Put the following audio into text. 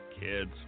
Kids